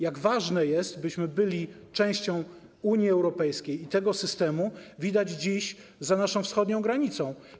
Jak ważne jest, byśmy byli częścią Unii Europejskiej i tego systemu, widać dziś za naszą wschodnią granicą.